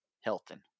Hilton